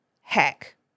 hack